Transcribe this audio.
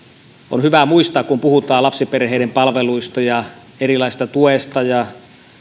on hyvä muistaa kun puhutaan lapsiperheiden palveluista ja erilaisista tuista ja